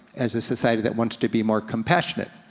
as a society that wants to be more compassionate.